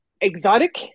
exotic